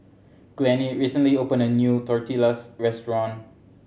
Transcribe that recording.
Glennie recently opened a new Tortillas Restaurant